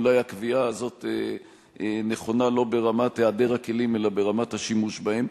אולי הקביעה הזאת נכונה לא ברמת היעדר הכלים אלא ברמת השימוש בהם.